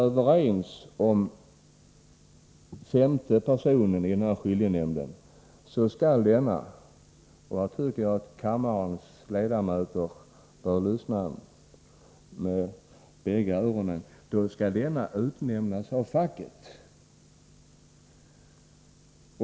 Kan parterna inte komma överens om den femte ledamoten skall denne — och här tycker jag att kammarens ledamöter skall lyssna med båda öronen — utses av facket.